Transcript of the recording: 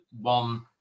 one